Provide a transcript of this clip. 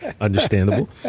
Understandable